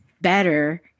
better